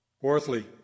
Fourthly